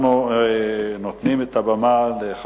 קיבלתי, בסדר.